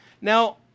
Now